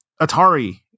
Atari